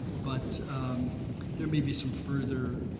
but there may be some further,